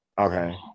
Okay